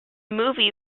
movie